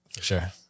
Sure